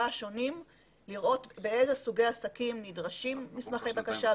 השונים לראות באיזה סוגי עסקים נדרשים מסמכי בקשה,